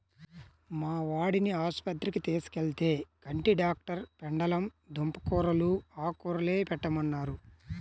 మా వాడిని ఆస్పత్రికి తీసుకెళ్తే, కంటి డాక్టరు పెండలం దుంప కూరలూ, ఆకుకూరలే పెట్టమన్నారు